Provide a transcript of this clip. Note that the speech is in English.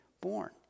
born